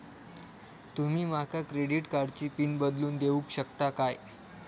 तुमी माका क्रेडिट कार्डची पिन बदलून देऊक शकता काय?